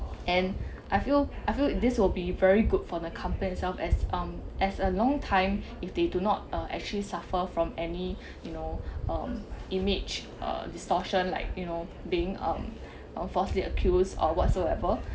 and I feel I feel this will be very good for the company itself as um as a long time if they do not uh actually suffer from any you know um image distortion like you know being um falsely accused or whatsoever